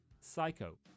Psycho